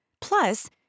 Plus